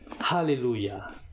Hallelujah